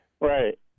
Right